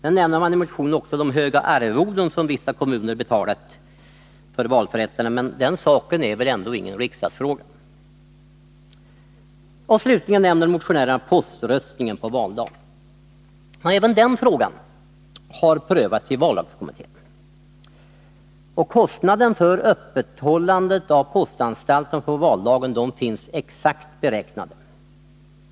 I motionen nämns också de höga arvoden som vissa kommuner betalat, men den saken är ingen riksdagsfråga. Slutligen nämner motionärerna poströstningen på valdagen. Även den frågan har prövats i vallagskommittén. Kostnaden för öppethållande av postanstalterna på valdagen finns exakt beräknad.